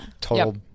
total